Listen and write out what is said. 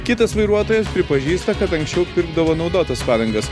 kitas vairuotojas pripažįsta kad anksčiau pirkdavo naudotas padangas